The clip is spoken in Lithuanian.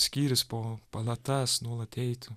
skyrius po palatas nuolat eitų